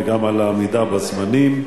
וגם על העמידה בזמנים.